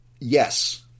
Yes